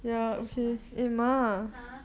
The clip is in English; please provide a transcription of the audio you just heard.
thank you so much !huh!